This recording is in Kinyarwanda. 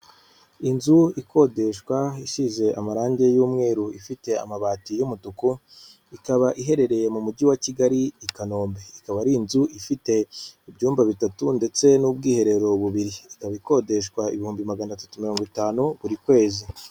Inzu ikodeshwa isize amarange y'umweru ifite amabati y'umutuku, ikaba iherereye mu mujyi wa Kigali i Kanombe. Ikaba ari inzu ifite ibyumba bitatu ndetse n'ubwiherero bubiri. Ikaba ikodeshwa ibihumbi magana atatu mirongo itanu buri kwezi.